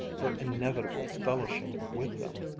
her inevitable fellowship with them.